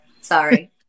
Sorry